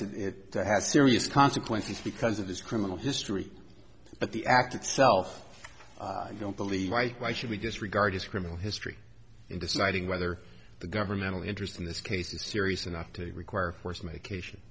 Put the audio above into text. it has serious consequences because of his criminal history but the act itself i don't believe right why should we just regard his criminal history in deciding whether the governmental interest in this case is serious enough to require force medication